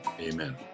amen